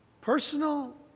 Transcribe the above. Personal